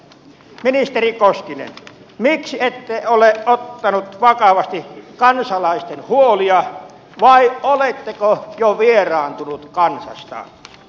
ministeri koskinen miksi ette ole ottanut vakavasti kansalaisten huolia vai oletteko jo vieraantunut kansasta